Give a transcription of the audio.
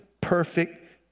perfect